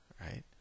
right